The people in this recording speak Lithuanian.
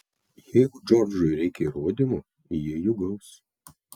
jeigu džordžui reikia įrodymų ji jų gaus